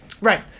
Right